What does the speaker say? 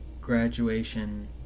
graduation